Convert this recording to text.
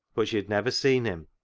but she had never seen him,